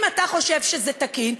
אם אתה חושב שזה תקין,